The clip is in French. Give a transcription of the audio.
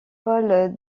paul